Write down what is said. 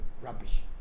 rubbish